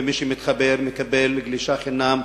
ומי שמתחבר מקבל גלישה חינם,